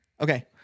Okay